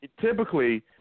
typically